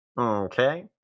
Okay